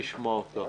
כן.